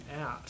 out